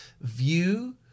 View